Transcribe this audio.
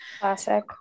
Classic